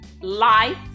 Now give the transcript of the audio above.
life